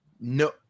no